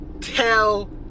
tell